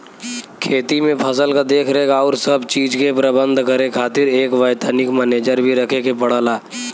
खेती में फसल क देखरेख आउर सब चीज के प्रबंध करे खातिर एक वैतनिक मनेजर भी रखे के पड़ला